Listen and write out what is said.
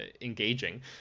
engaging